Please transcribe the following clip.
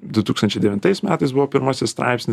du tūkstančiai devintais metais buvo pirmasis straipsnis